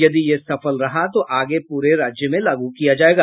यदि यह सफल रहा तो आगे पूरे राज्य में लागू किया जायेगा